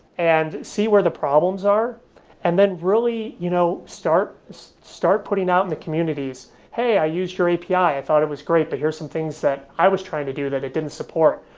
and see where the problems are and then, really, you know start start putting in the communities, hey, i used your api. i thought it was great, but here are some things that i was trying to do that it didn't support.